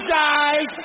guys